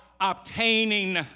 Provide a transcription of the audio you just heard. obtaining